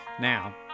Now